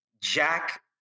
Jack